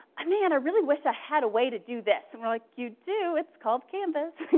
i mean and i really wish i had a way to do this, and we're like, you do, it's called canvas.